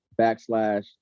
backslash